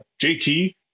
jt